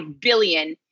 billion